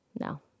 no